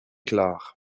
clar